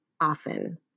often